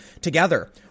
together